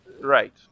right